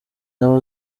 nawe